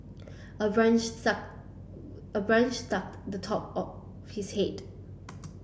a branch suck a branch struck the top of his hid